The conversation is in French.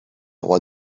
rois